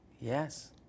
Yes